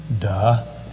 Duh